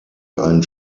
ein